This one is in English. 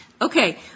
Okay